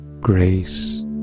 grace